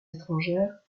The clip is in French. étrangères